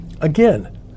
Again